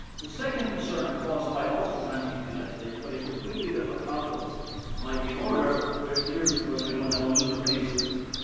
the second concern of costs might also transfer to the united states, but a completely different calculus might be in order whereas here we, of course, we don't have a loser pays system.